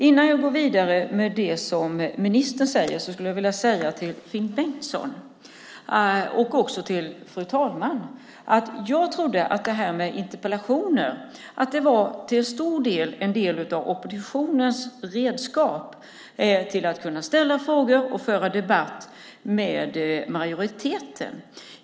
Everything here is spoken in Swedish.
Innan jag går vidare med det som ministern säger vill jag säga till Finn Bengtsson och också till fru ålderspresident att jag trodde att interpellationsdebatterna till stor del är en del av oppositionens redskap för att kunna ställa frågor till och föra debatt med majoriteten.